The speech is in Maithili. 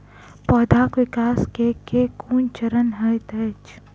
पौधाक विकास केँ केँ कुन चरण हएत अछि?